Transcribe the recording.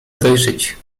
dojrzeć